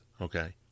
okay